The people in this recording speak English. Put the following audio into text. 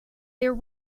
their